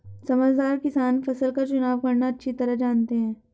समझदार किसान फसल का चुनाव करना अच्छी तरह जानते हैं